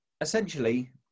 essentially